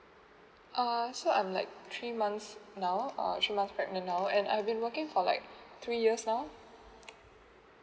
uh so I'm like three months now err three months pregnant now and I've been working for like three years now